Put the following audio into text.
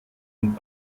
und